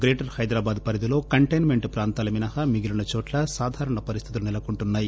greater Hyderabad పరిధిలో containment ప్రాంతాలు మినహా మిగిలిన చోట్ల సాధారణ పరిస్లితులు నెలకొంటున్నాయి